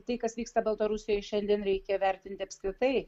tai kas vyksta baltarusijoj šiandien reikia vertinti apskritai